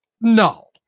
No